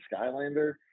skylander